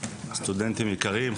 סטודנטים יקרים,